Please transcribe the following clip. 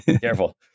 careful